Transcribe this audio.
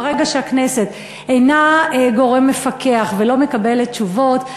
ברגע שהכנסת אינה גורם מפקח ולא מקבלת תשובות,